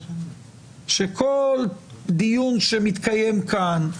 שכל דיון שמתקיים כאן,